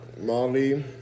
Molly